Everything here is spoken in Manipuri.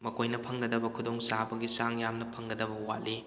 ꯃꯈꯣꯏꯅ ꯐꯪꯒꯗꯕ ꯈꯨꯗꯣꯡ ꯆꯥꯕꯒꯤ ꯆꯥꯡ ꯌꯥꯝꯅ ꯐꯪꯒꯗꯕ ꯋꯥꯠꯂꯤ